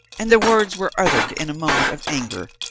and the words were uttered in a moment of anger,